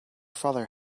father